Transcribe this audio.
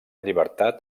llibertat